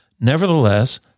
nevertheless